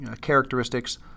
characteristics